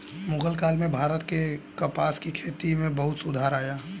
मुग़ल काल में भारत में कपास की खेती में बहुत सुधार आया